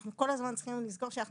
אנחנו וכל הזמן צריכים לזכור שאנחנו